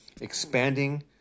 expanding